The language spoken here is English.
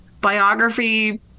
biography